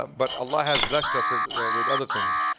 but allah has blessed us with with other things.